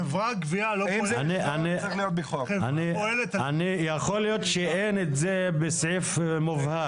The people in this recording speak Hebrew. חברת גבייה לא פועלת על פי --- יכול להיות שאין את זה בסעיף מובהק,